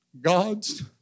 God's